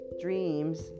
dreams